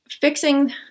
fixing